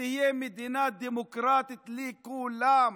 שתהיה מדינה דמוקרטית לכולם,